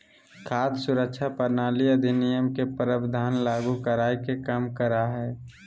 खाद्य सुरक्षा प्रणाली अधिनियम के प्रावधान लागू कराय के कम करा हइ